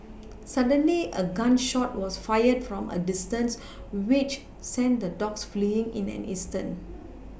suddenly a gun shot was fired from a distance which sent the dogs fleeing in an instant